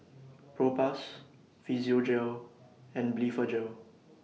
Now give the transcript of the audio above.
Propass Physiogel and Blephagel